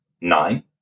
nine